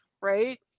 right